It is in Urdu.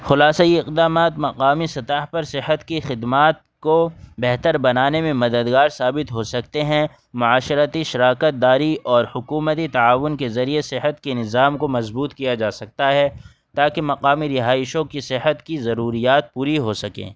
خلاصہ یہ اقدامات مقامی سطح پر صحت کی خدمات کو بہتر بنانے میں مددگار ثابت ہو سکتے ہیں معاشرتی شراکت داری اور حکومتی تعاون کے ذریعے صحت کے نظام کو مضبوط کیا جا سکتا ہے تاکہ مقامی رہائشوں کی صحت کی ضروریات پوری ہو سکیں